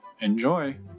Enjoy